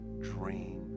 dream